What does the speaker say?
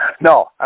No